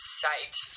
site